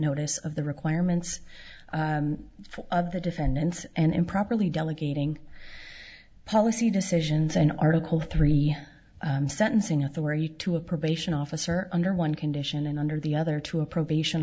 notice of the requirements of the defendants and improperly delegating policy decisions on article three sentencing authority to a probation officer under one condition and under the other to a probation